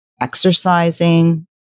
exercising